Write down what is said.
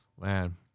Man